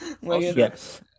Yes